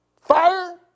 fire